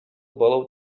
bolą